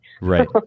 Right